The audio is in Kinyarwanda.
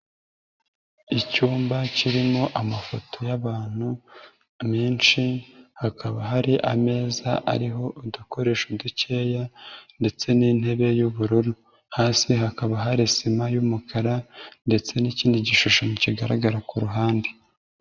Icyumba kirimo amafoto y'abantu menshi, hakaba hari ameza ariho udukoresho dukeya ndetse n'intebe y'ubururu, hasi hakaba hari sima y'umukara ndetse n'ikindi gishushanyo kigaragara ku ruhande.